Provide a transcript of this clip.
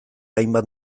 hainbat